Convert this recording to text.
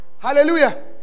Hallelujah